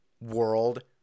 world